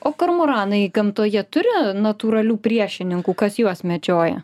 o kormoranai gamtoje turi natūralių priešininkų kas juos medžioja